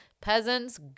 peasants